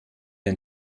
ein